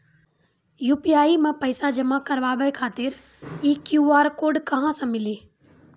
UPI मे पैसा जमा कारवावे खातिर ई क्यू.आर कोड कहां से मिली?